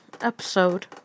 episode